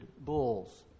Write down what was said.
bulls